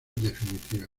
definitiva